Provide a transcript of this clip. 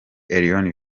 elion